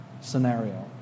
scenario